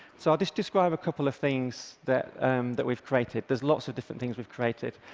so i'll just describe a couple of things that that we've created. there's lots of different things we've created.